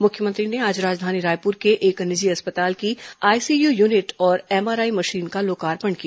मुख्यमंत्री ने आज राजधानी रायपुर के एक निजी अस्पताल की आईसीयू यूनिट और एमआरआई मशीन का लोकार्पण किया